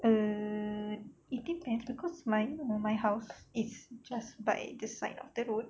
err I think can cause my you know my house is just by the side of the road